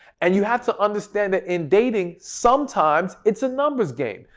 and you have to understand that in dating sometimes it's a numbers game.